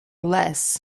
less